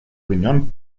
riñón